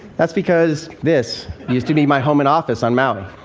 that's because this used to be my home and office on maui.